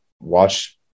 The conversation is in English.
watch